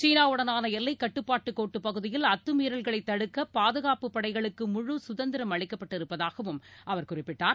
சீனாவுடனாள் எல்லைக் கட்டுப்பாட்டு கோட்டு பகுதியில் அத்துமீறல்களை தடுக்க பாதுகாப்புப் படைகளுக்கு முழு சுதந்திரம் அளிக்கப்பட்டிருப்பதாகவும் அவர் குறிப்பிட்டார்